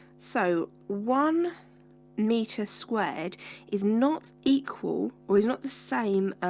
so one meter squared is not equal or is not the same